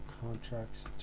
contracts